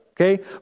okay